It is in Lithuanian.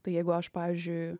tai jeigu aš pavyzdžiui